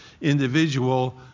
individual